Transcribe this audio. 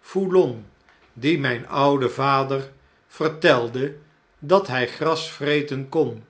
foulon die mgn ouden vader vertelde dat hj gras vreten kon